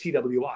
TWI